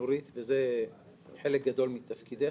נורית, וזה חלק גדול מתפקידך,